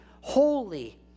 holy